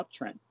uptrend